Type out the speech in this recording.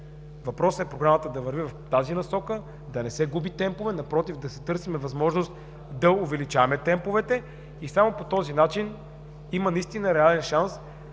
въпросът е Програмата да върви в тази насока, да не се губят темпове, а напротив, да се търси възможност да увеличаваме темповете и само по този начин има наистина реален шанс всички тези блокове,